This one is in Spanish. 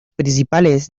principales